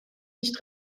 nicht